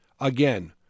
Again